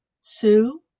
Sue